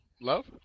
Love